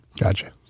Gotcha